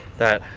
that.